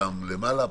פעם למעלה,